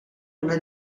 una